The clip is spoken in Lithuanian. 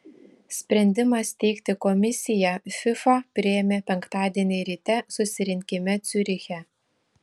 sprendimą steigti komisiją fifa priėmė penktadienį ryte susirinkime ciuriche